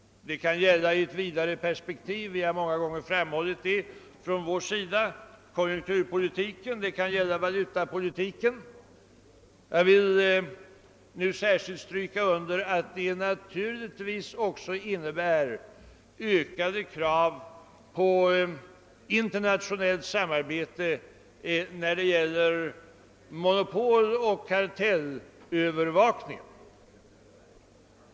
Det kan i ett vidare perspektiv — vi har från vår sida många gånger framhållit det — gälla konjunkturpolitiken och det kan gälla valutapolitiken. Jag vill gärna stryka under att det naturligtvis också innebär ökade krav på internationellt samarbete i fråga om monopoloch kartellövervakning.